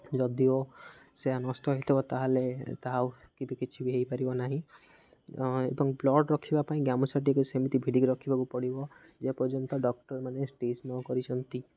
ଯଦିଓ ସେ ନଷ୍ଟ ହୋଇଥିବ ତାହେଲେ ତାହା ଆଉ କେବେ କିଛି ବି ହୋଇପାରିବ ନାହିଁ ଏବଂ ବ୍ଲଡ଼୍ ରଖିବା ପାଇଁ ଗାମୁଛା ଟିକେ ସେମିତି ଭିଡ଼ିକି ରଖିବାକୁ ପଡ଼ିବ ଯେପର୍ଯ୍ୟନ୍ତ ଡ଼କ୍ଟର୍ମାନେ ଟେଷ୍ଟ ନକରିଛନ୍ତି